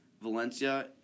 Valencia